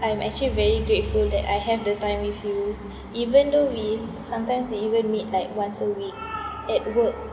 I'm actually very grateful that I have the time with you even though we sometimes even meet like once a week at work